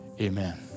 amen